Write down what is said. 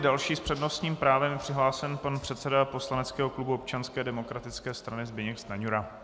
Další s přednostním právem je přihlášen pan předseda poslaneckého klubu Občanské demokratické strany Zbyněk Stanjura.